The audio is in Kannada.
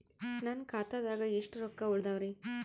ನನ್ನ ಖಾತಾದಾಗ ಎಷ್ಟ ರೊಕ್ಕ ಉಳದಾವರಿ?